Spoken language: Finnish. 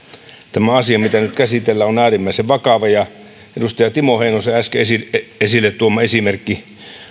tämä asia mitä nyt käsitellään on äärimmäisen vakava edustaja timo heinosen äsken esille esille tuoma esimerkki